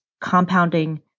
compounding